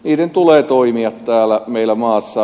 niiden tulee toimia täällä meillä maassa